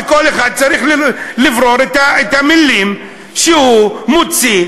וכל אחד צריך לברור את המילים שהוא מוציא,